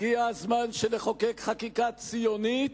הגיע הזמן שנחוקק חקיקה ציונית